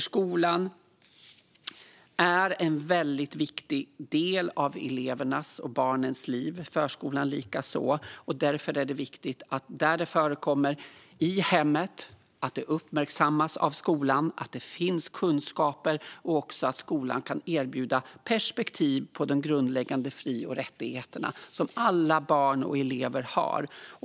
Skolan är en väldigt viktig del av elevernas och barnens liv, och förskolan likaså. Därför är det viktigt att det uppmärksammas av skolan om det förekommer i hemmet och att det finns kunskaper och att skolan kan erbjuda perspektiv på de grundläggande fri och rättigheter som alla barn och elever har.